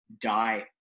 die